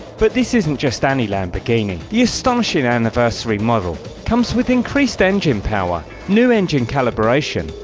but this isn't just any lamborghini. the astonishing anniversary model comes with increased engine power, new engine calibration,